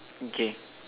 okay